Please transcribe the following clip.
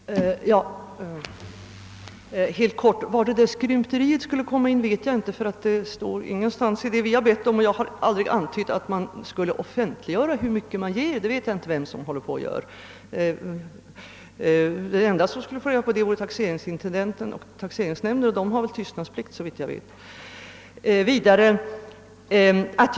Herr talman! Helt kort: Var det där skrymteriet skulle komma in vet jag inte — det står ingenstans i vad vi har bett om, och jag har aldrig antytt att man skulle offentliggöra hur mycket man ger; det vet jag inte vem som gör. Den enda som skulle få reda på det vore taxeringsnämnden, men =<:taxeringsnämnden och taxeringsintendenten har tystnadsplikt.